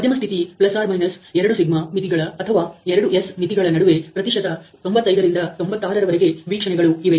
ಮಧ್ಯಮ ಸ್ಥಿತಿ ±2σ ಮಿತಿಗಳ or 2S ಮಿತಿಗಳ ನಡುವೆ ಪ್ರತಿಶತ 95 ರಿಂದ 96 ರವರೆಗೆ ವೀಕ್ಷಣೆಗಳು ಇವೆ